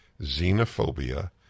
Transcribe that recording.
xenophobia